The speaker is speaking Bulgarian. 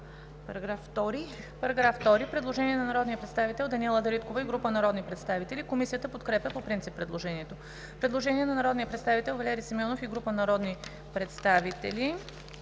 По § 4 има предложение на народния представител Даниела Дариткова и група народни представители. Комисията подкрепя предложението. Предложение на народния представител Даниела Дариткова и група народни представители.